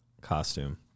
costume